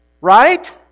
Right